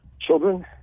children